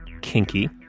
kinky